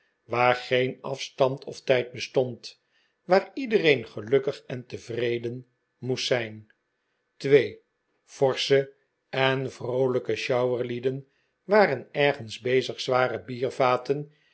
waar geen afstand of tijd bestond waar iedereen gelukkig en tevreden moest zijn twee forsche en vroolijke sjouwerlieden waren ergens bezig zware biervaten